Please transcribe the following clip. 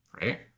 Right